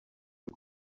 and